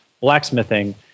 blacksmithing